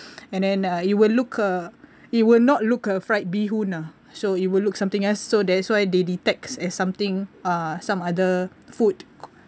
and then uh it will look uh it will not look a fried beehoon so it will look something else so that's why they detects as something uh some other food